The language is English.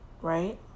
right